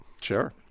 Sure